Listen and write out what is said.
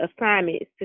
assignments